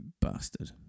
bastard